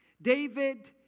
David